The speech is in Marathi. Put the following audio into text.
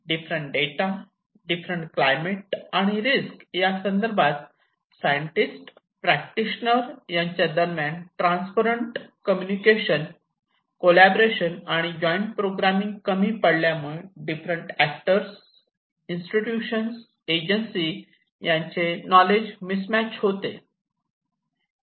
डिफरेंट डेटा डिफरेंट क्लायमेट आणि रिस्क यासंदर्भात सायंटिस्ट प्रॅक्टिशनर यांच्या दरम्यान ट्रान्सपरंट कम्युनिकेशन कॉलाबोरेशन आणि जॉईंट प्रोग्रामिंग कमी पडल्यामुळे डिफरंट एक्टर्स इन्स्टिट्यूशन एजन्सी यांचे नॉलेज मिस मॅच होते